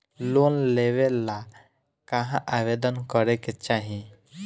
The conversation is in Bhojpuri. लोन लेवे ला कहाँ आवेदन करे के चाही?